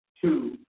two